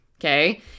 Okay